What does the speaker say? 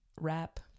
rap